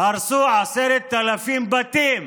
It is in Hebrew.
הרסו 10,000 בתים